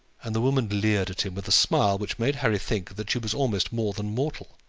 and the woman leered at him with a smile which made harry think that she was almost more than mortal.